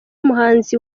muhanzi